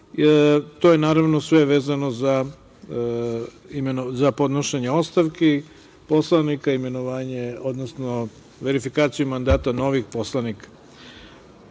je sve vezano za podnošenje ostavki poslanika, imenovanje, odnosno verifikacija mandata novih poslanika. Pitam